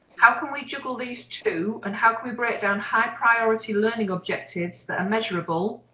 how can we juggle these two and how can we break down high priority learning objectives that are measurable.